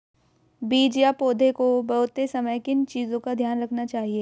बीज या पौधे को बोते समय किन चीज़ों का ध्यान रखना चाहिए?